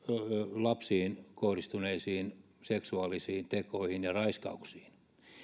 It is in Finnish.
lapsiin kohdistuneisiin seksuaalisiin tekoihin ja raiskauksiin